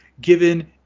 given